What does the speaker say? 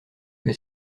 que